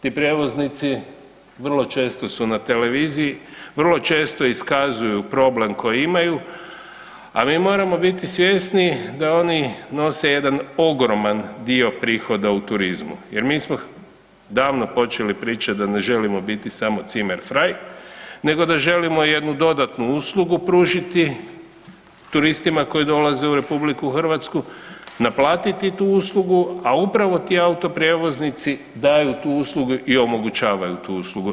Ti prijevoznici vrlo često su na televiziji, vrlo često iskazuju problem koji imaju, a mi moramo biti svjesni da oni nose jedan ogroman dio prihoda u turizmu jer mi smo davno počeli pričat da ne želimo biti samo zimmer frei nego da želimo jednu dodatnu uslugu pružiti turistima koji dolaze u RH, naplatiti tu uslugu, a upravo ti autoprijevoznici daju tu uslugu i omogućavaju tu uslugu.